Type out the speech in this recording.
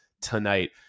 tonight